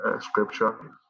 scripture